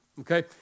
okay